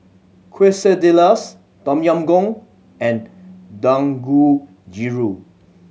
Quesadillas Tom Yam Goong and Dangojiru